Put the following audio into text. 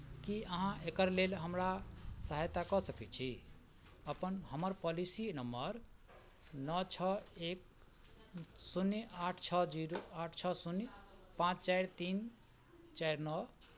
की अहाँ एकर लेल हमरा सहायता कऽ सकय छी अपन हमर पॉलिसी नंबर नओ छओ एक शून्य आठ छओ जीरो आठ छओ शून्य पाँच चारि तीन चारि नओ